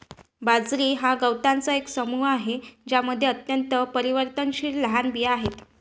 बाजरी हा गवतांचा एक समूह आहे ज्यामध्ये अत्यंत परिवर्तनशील लहान बिया आहेत